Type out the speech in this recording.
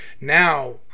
now